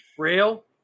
Real